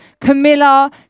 Camilla